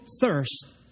thirst